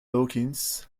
hawkins